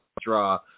draw